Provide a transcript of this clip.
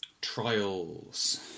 Trials